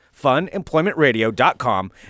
FunEmploymentRadio.com